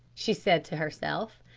she said to herself.